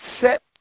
set